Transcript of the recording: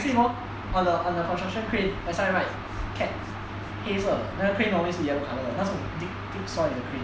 you see hor on the on the construction crane that side write CAT 黑色的那个 crane always 是 yellow color 的那种 dig dig deep soil the crane